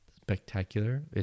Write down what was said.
spectacular